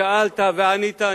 שאלת וענית.